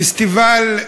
פסטיבל,